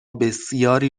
بسیاری